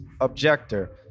objector